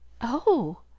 Oh